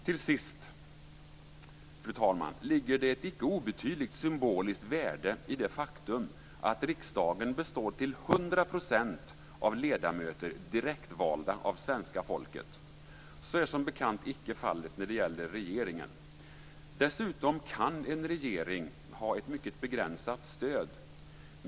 Till sist, fru talman, ligger det ett icke obetydligt symboliskt värde i det faktum att riksdagen till 100 % består av ledamöter direktvalda av svenska folket. Så är som bekant icke fallet när det gäller regeringen. Dessutom kan en regering ha ett mycket begränsat stöd.